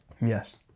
Yes